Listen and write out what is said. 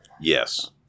Yes